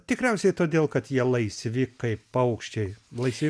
tikriausiai todėl kad jie laisvi kaip paukščiai laisvi